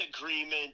agreement